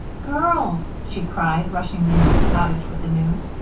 girls! she cried, rushing into the cottage with the news.